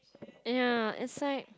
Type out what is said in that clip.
ya it's like